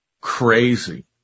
crazy